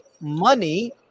money